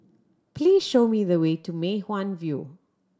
please show me the way to Mei Hwan View